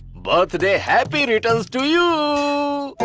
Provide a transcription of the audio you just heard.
birthday happy returns to you!